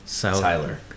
Tyler